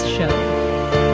Show